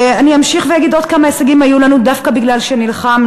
אני אמשיך ואגיד עוד כמה הישגים שהיו לנו דווקא בגלל שנלחמנו.